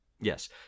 Yes